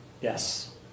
Yes